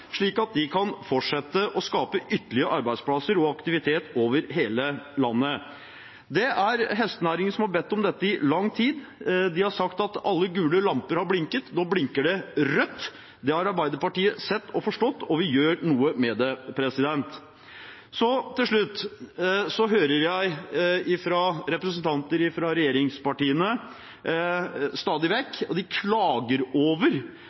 slik at de kan fortsette å skape arbeidsplasser og aktivitet over hele landet. Det er hestenæringen som har bedt om dette i lang tid. De har sagt at alle gule lamper har blinket. Nå blinker de rødt. Det har Arbeiderpartiet sett og forstått, og vi gjør noe med det. Så, til slutt: Jeg hører at representanter fra regjeringspartiene stadig vekk klager over